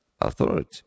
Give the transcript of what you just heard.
authority